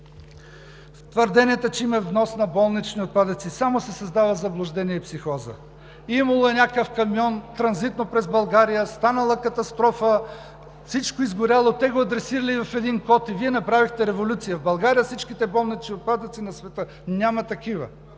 Твърденията, че има внос на болнични отпадъци – само се създава заблуждение и психоза. Имало е някакъв камион транзитно през България, станала катастрофа, всичко изгоряло, те го адресирали в един код – Вие направихте революция: в България всичките болнични отпадъци на света! Няма такива!